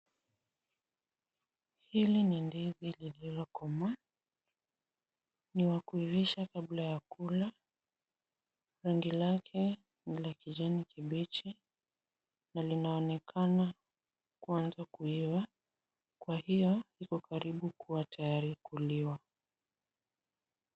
Hili ni ndizi lililokomaa. Ni wa kuivisha kabla ya kula. Rangi lake ni la kijani kibichi na linaonekana kuanza kuiva, kwa hiyo iko karibu kuwa tayari kuliwa.